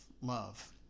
love